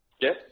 Yes